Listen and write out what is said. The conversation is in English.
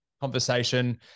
conversation